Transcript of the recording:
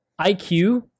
IQ